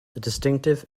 distinctive